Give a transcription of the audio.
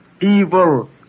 evil